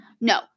no